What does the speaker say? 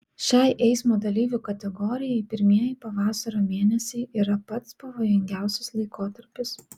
šiai eismo dalyvių kategorijai pirmieji pavasario mėnesiai yra pats pavojingiausias laikotarpis